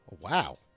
Wow